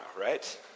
right